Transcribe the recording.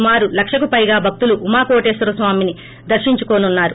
సుమారు లక్షకు పైగా భక్తులు ఉమాకోటేశ్వర స్వామిని దర్పించుకోనున్నారు